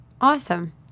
Awesome